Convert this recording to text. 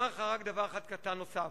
אומר לך רק דבר קטן נוסף.